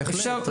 בהחלט, רועי.